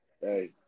Hey